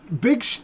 Big